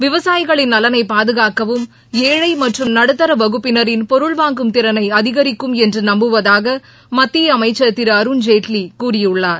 விவசாயிகளின் நலனை பாதுகாக்கவும் ஏழை மற்றும் நடுத்தர வகுப்பினரின் பொருள் வாங்கும் திறனை அதிகரிக்கும் என்று நம்புவதாக மத்திய அமைச்சர் திரு அருண்ஜேட்லி கூறியுள்ளார்